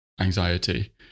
anxiety